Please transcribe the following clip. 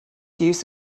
use